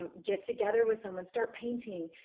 um get together with someone. start painting.